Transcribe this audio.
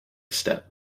step